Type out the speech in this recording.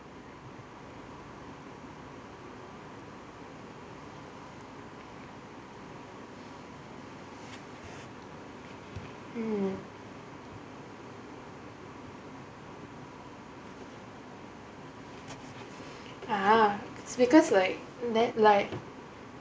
mm ah it's because like and then like